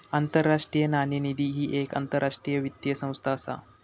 आंतरराष्ट्रीय नाणेनिधी ही येक आंतरराष्ट्रीय वित्तीय संस्था असा